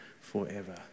forever